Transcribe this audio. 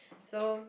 so